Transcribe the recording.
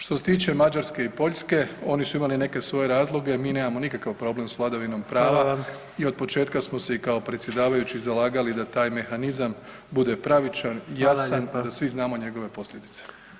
Što se tiče Mađarske i Poljske, oni su imali neke svoje razloge, mi nemamo nikakav problem sa vladavinom prava [[Upadica predsjednik: Hvala vama.]] i od početka smo se i kao predsjedavajući zalagali da taj mehanizam bude pravičan, jasan, da svi znamo njegove posljedice.